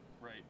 right